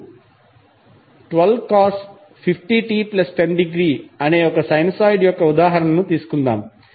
vt12cos 50t10° అనే ఒక sinusoid యొక్క ఉదాహరణను తీసుకుందాం